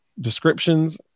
descriptions